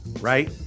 Right